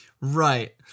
Right